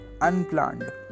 unplanned